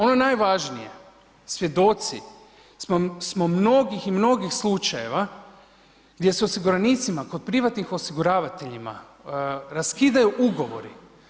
Ono najvažnije, svjedoci smo mnogih i mnogih slučajeva gdje su osiguranicima kod privatnih osiguravatelja raskidaju ugovori.